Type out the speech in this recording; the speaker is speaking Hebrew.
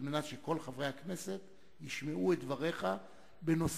כדי שכל חברי הכנסת ישמעו את דבריך בנושא